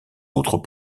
autres